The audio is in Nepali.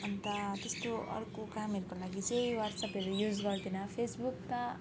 अन्त त्यस्तो अर्को कामहरूको लागि चाहिँ वाट्सएपहरू युज गर्दिनँ फेसबुक त